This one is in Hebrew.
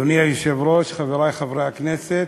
אדוני היושב-ראש, חברי חברי הכנסת,